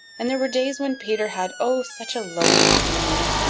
and there were days when peter had oh, such a lonely feeling.